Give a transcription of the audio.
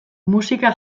musika